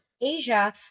Asia